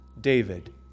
David